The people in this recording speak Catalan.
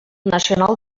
nacional